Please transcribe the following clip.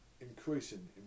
increasing